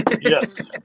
Yes